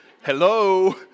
Hello